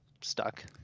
stuck